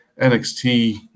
NXT